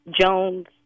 Jones